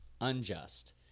unjust